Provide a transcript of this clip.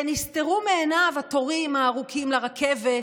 נסתרו מעיניו התורים הארוכים לרכבת